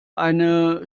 eine